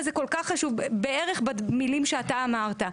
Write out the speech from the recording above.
זה כל כך חשוב בערך במילים שאתה אמרת.